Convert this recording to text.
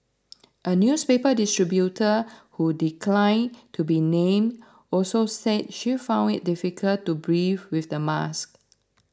a newspaper distributor who declined to be named also said she found it difficult to breathe with the mask